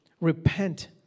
Repent